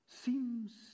seems